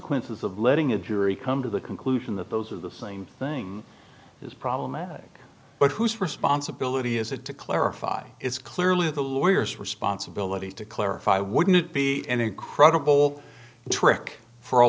acquaintance of letting a jury come to the conclusion that those are the same thing is problematic but whose responsibility is it to clarify it's clearly the lawyers responsibility to clarify wouldn't it be an incredible trick for a